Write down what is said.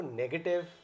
negative